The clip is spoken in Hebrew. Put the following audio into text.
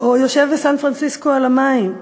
או "יושב בסן-פרנסיסקו על המים",